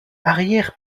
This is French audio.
arrière